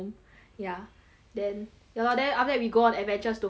then ya lor then after that we go on adventures to fight like